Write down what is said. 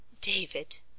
david